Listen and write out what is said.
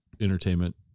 entertainment